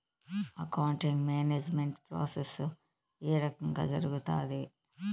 accounting management process ఏ రకంగా జరుగుతాది